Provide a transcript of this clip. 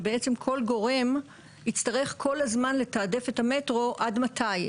שבעצם כל גורם יצטרך כל הזמן לתעדף את המטרו עד מתי?